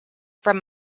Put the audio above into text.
from